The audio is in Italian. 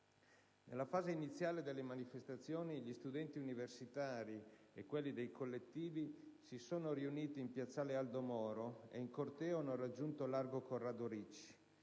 Nella fase iniziale delle manifestazioni, gli studenti universitari e quelli dei collettivi si sono riuniti in piazzale Aldo Moro e in corteo hanno raggiunto largo Corrado Ricci;